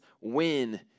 win